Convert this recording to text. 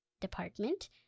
department